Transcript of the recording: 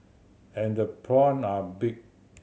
and the prawn are big